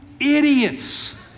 idiots